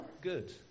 good